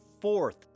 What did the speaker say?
fourth